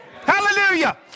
Hallelujah